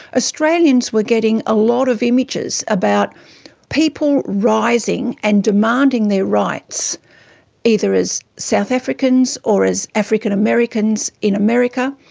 australians were getting a lot of images about people rising and demanding their rights either as south africans or as african americans in america.